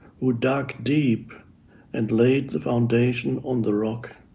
who dug deep and laid the foundation on the rock.